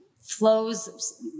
flows